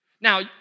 Now